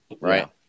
Right